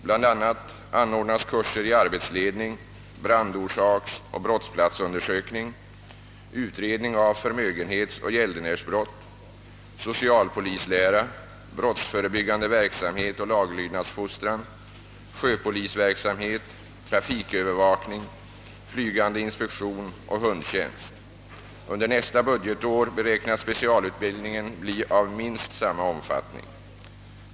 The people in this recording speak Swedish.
BL a. anordnas kurser i arbetsledning, brandorsaksoch brottsplatsundersökning, utredning av förmögenhetsoch gäldenärsbrott, socialpolislära, brottsförebyggande verksamhet och laglydnadsfostran, sjöpolisverksamhet, trafikövervakning, flygande inspektion och hundtjänst. Under nästa budgetår beräknas specialutbildningen bli av minst samma omfattning.